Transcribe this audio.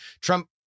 Trump